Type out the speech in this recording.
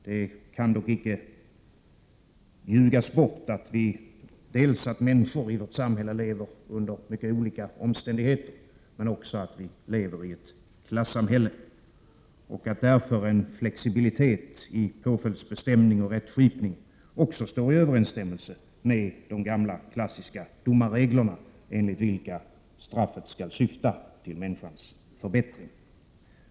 Det kan dock icke ljugas bort dels att människor i vårt samhälle lever under mycket olika omständigheter, dels att vi lever i ett klassamhälle. Därför står en flexibilitet i påföljdsbestämning och rättskipning också i överensstämmelse med de gamla klassiska domarreglerna, enligt vilka straffet skall syfta till människans förbättring.